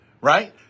right